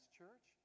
church